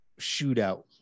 shootout